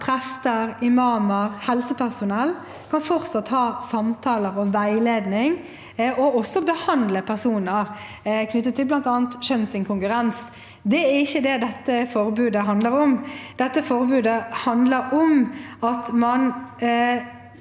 prester, imamer og helsepersonell kan fortsatt ha samtaler og veiledning, og også behandle personer, knyttet til bl.a. kjønnsinkongruens. Det er ikke det dette forbudet handler om. Dette forbudet handler om at man